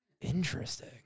Interesting